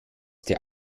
der